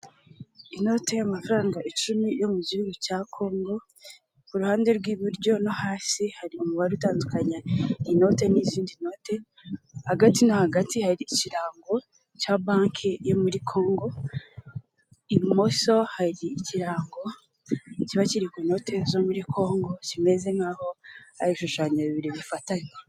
Inote y'amafaranga icumi yo mu gihugu cya congo, ku ruhande rw'iburyo no hasi hari umubare utandukanya inote n'izindi note, hagati no hagati hari ikirango cya banki yo muri congo, imoso hari ikirango kiba kiri ku note zo muri congo, kimeze nk'aho hari ibishushanyo bibiri bifatanye.